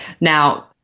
Now